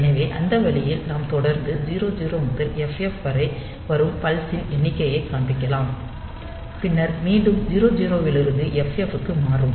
எனவே அந்த வழியில் நாம் தொடர்ந்து 00 முதல் FF வரை வரும் பல்ஸ் இன் எண்ணிக்கையைக் காண்பிக்கலாம் பின்னர் மீண்டும் 00 இருந்து FF க்கு மாறும்